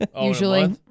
Usually